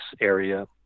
area